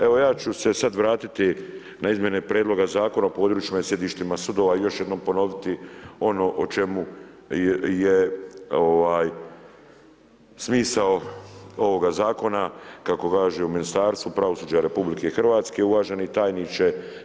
Evo, ja ću se sad vratiti na izmjene prijedloga Zakona o područnim središtima sudova, još jednom ponoviti, ono o čemu je smisao ovoga zakona, kako kaže u Ministarstvu pravosuđa RH, uvaženi tajniče.